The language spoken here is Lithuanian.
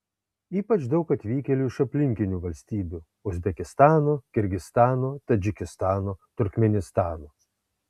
ypač daug atvykėlių iš aplinkinių valstybių uzbekistano kirgizstano tadžikistano turkmėnistano